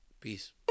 Peace